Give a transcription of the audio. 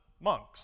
monks